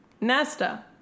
Nesta